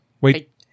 Wait